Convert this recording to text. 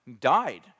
died